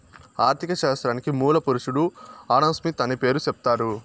ఆర్ధిక శాస్త్రానికి మూల పురుషుడు ఆడంస్మిత్ అనే పేరు సెప్తారు